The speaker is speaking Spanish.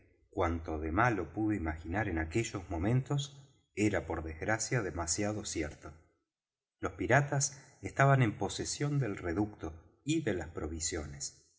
cuanto de malo pude imaginar en aquellos momentos era por desgracia demasiado cierto los piratas estaban en posesión del reducto y de las provisiones